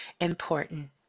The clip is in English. important